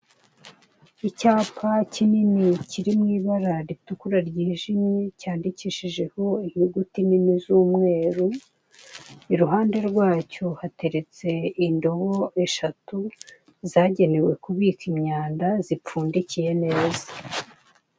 Icyapa kinini kiri mu ibara ritukura ryijimye cyandikishijeho inyuguti nini z'umweru iruhande rwacyo hateretse indobo eshatu zagenewe kubika imyanda zipfundikiye neza.